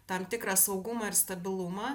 tam tikrą saugumą ir stabilumą